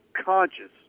conscious